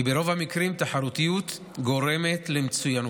כי ברוב המקרים תחרותיות גורמת למצוינות.